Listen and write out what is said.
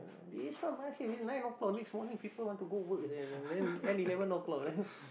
this one basket I mean nine o-clock next morning people want to go work sia then end eleven o-clock then